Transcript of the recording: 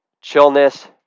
chillness